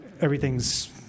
everything's